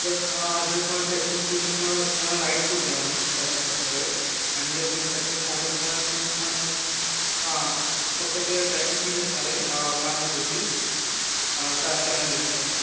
जर जर तुमाला ट्रॅकिंग फूड म्हणजे तुम्हाला तुम्हाला लाईट फूड देऊ आम्ही ट्रॅकिंगसाठी वगैरे आणि जर तुम्ही ट्रॅकिंगला चालले तर तुम्हाला त्या हां फक्त ते ट्रॅकिंग फीज असणार आहे five thousand rupees sir seven डेजचे